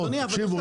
תקשיבו,